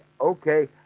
okay